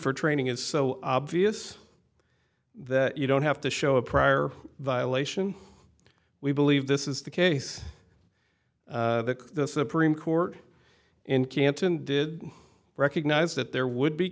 for training is so obvious that you don't have to show a prior violation we believe this is the case that the supreme court in canton did recognize that there would be